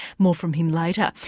more from him later,